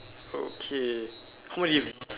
okay what if